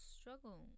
struggle